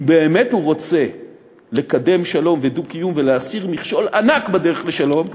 אם באמת הוא רוצה לקדם שלום ודו-קיום ולהסיר מכשול ענק בדרך לשלום,